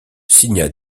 signa